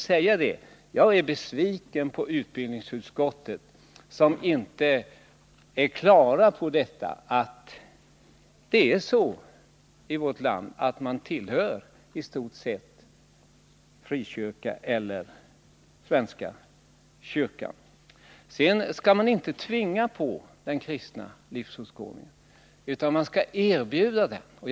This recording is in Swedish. Därför är jag besviken på utbildningsutskottet som inte har förstått vad det innebär att i stort sett alla människor i vårt land tillhör frikyrka eller svenska kyrkan. Det är en annan sak att man inte skall tvinga på någon den kristna livsåskådningen, utan man skall erbjuda den.